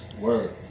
Word